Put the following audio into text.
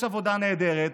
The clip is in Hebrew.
יש עבודה נהדרת,